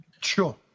sure